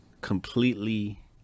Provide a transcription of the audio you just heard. Completely